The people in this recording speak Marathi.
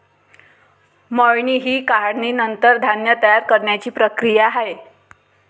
मळणी ही काढणीनंतर धान्य तयार करण्याची प्रक्रिया आहे